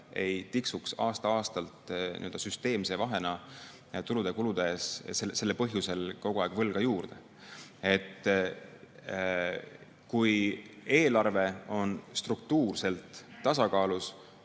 ei tiksuks aasta-aastalt süsteemse vahena tuludes‑kuludes sellel põhjusel kogu aeg võlga juurde. Kui eelarve on struktuurselt tasakaalus,